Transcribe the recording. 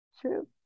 true